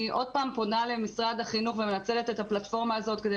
אני עוד פעם פונה למשרד החינוך ומנצלת את הפלטפורמה הזו כדי